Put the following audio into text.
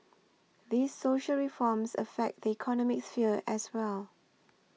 these social reforms affect the economic sphere as well